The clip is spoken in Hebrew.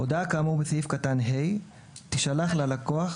הודעה כאמור בסעיף קטן (ה), תישלח ללקוח